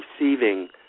receiving